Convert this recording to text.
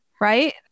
Right